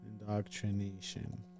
Indoctrination